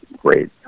great